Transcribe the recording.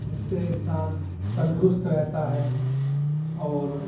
اس سے انسان تندرست رہتا ہے اور